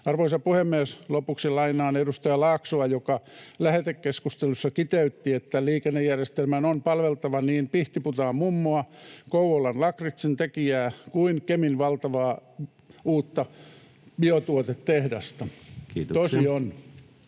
Arvoisa puhemies! Lopuksi lainaan edustaja Laaksoa, joka lähetekeskustelussa kiteytti, että "liikennejärjestelmän on palveltava niin pihtiputaanmummoa, Kouvolan lakritsin tekijää kuin Kemin valtavaa uutta biotuotetehdasta". Tosi on!